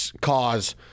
cause